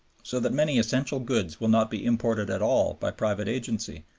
so that many essential goods will not be imported at all by private agency,